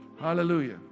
Hallelujah